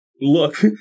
look